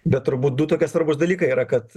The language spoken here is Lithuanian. bet turbūt du tokie svarbūs dalykai yra kad